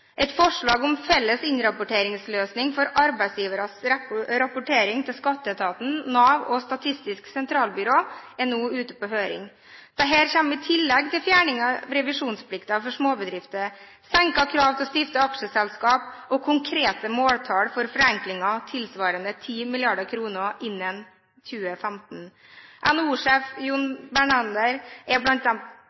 Et forslag om felles innrapporteringsløsning for arbeidsgiveres rapportering til Skatteetaten, Nav og Statistisk sentralbyrå er nå ute på høring. Dette kommer i tillegg til fjerningen av revisjonsplikt for småbedrifter, senket krav til å stifte aksjeselskap og konkrete måltall for forenklinger tilsvarende 10 mrd. kr innen 2015. NHO-sjef John G. Bernander er